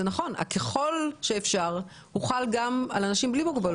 ה-ככל שאפשר הוא חל גם על אנשים בלי מוגבלות.